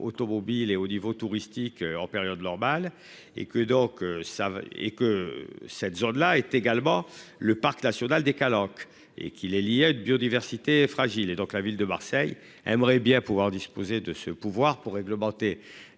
automobile et au niveau touristique en période normale et que donc ça va et que cette zone là étaient également le parc national des Calanques et qui les liait de biodiversité fragile et donc la ville de Marseille aimerait bien pouvoir disposer de ce pouvoir pour réglementer